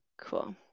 Cool